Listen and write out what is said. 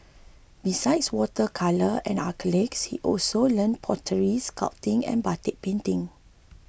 besides water colour and acrylics he also learnt pottery sculpting and batik painting